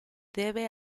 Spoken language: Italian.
deve